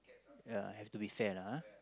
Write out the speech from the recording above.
ya have to be fair lah ah